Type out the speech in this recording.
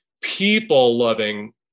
people-loving